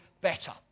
better